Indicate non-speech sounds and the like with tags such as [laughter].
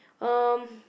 um [breath]